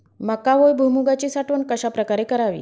मका व भुईमूगाची साठवण कशाप्रकारे करावी?